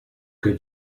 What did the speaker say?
que